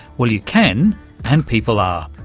well, you can and people are,